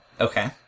Okay